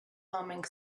humming